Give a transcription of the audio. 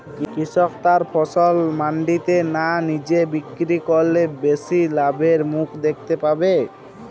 কৃষক তার ফসল মান্ডিতে না নিজে বিক্রি করলে বেশি লাভের মুখ দেখতে পাবে?